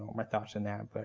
my thoughts on that, but